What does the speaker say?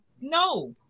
No